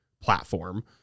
platform